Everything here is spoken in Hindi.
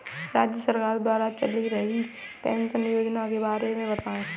राज्य सरकार द्वारा चल रही पेंशन योजना के बारे में बताएँ?